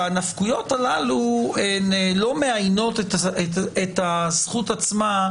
הנפקויות הללו לא מאיינות את הזכות עצמה,